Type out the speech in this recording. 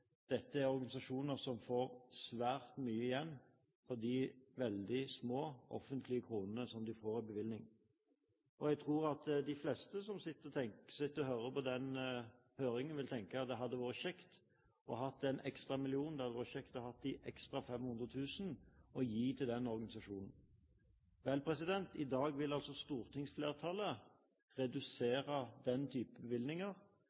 dette er organisasjoner som får svært mye igjen for de veldig små offentlige kronene som de får i bevilgning. Og jeg tror at de fleste som sitter og hører på den høringen, vil tenke at det hadde vært kjekt å ha den ekstra millionen, det hadde vært kjekt å ha de ekstra 500 000 kronene å gi til den organisasjonen. I dag vil altså stortingsflertallet redusere den type bevilgninger